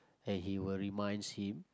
and he will reminds him